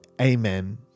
amen